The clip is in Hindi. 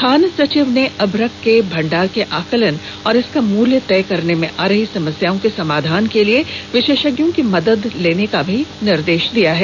खान सचिव ने अभ्रक के भंडार के आकलन और इसका मुल्य तय करने में आ रही समस्याओं के समाधान के लिए विशेषज्ञों की मदद लेने का भी निर्देश दिया है